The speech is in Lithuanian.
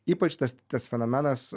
ypač tas tas fenomenas